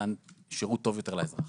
מתן שירות טוב יותר לאזרח.